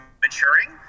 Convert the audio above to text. maturing